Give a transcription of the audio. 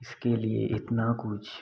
इसके लिए इतना कुछ